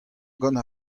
gant